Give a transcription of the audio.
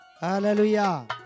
Hallelujah